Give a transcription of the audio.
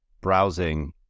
browsing